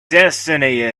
destiny